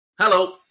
Hello